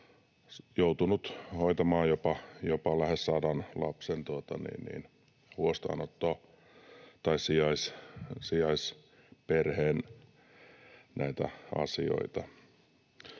joutunut hoitamaan jopa lähes 100 lapsen huostaanottoa tai näitä sijaisperheen asioita.